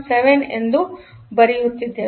7 ಎಂದು ಬರೆಯುತ್ತಿದ್ದೇವೆ